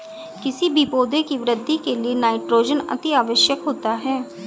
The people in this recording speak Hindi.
किसी भी पौधे की वृद्धि के लिए नाइट्रोजन अति आवश्यक होता है